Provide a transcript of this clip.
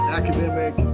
academic